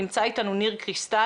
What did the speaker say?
נמצא איתנו ניר קריסטל,